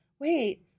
Wait